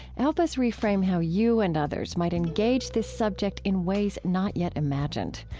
help us reframe how you and others might engage this subject in ways not yet imagined.